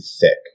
thick